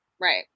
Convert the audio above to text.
right